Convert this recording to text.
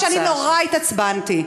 אני נורא התעצבנתי.